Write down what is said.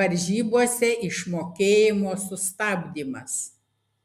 varžybose išmokėjimo sustabdymas